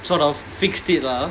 sort of fixed it lah